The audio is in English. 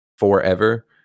forever